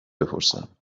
بپرسم